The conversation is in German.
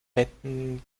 fetten